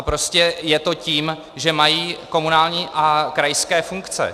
Prostě je to tím, že mají komunální a krajské funkce.